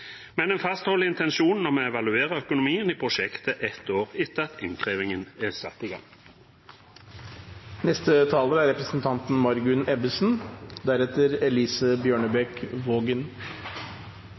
Men en fastholder intensjonen om å evaluere økonomien i prosjektet ett år etter at innkrevingen er satt i gang. Gode samferdselsløsninger er